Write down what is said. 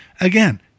again